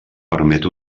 permet